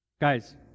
guys